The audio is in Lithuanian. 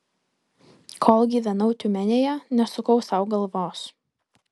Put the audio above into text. kol gyvenau tiumenėje nesukau sau galvos